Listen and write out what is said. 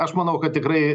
aš manau kad tikrai